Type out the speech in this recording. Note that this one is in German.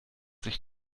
sich